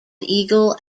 eagle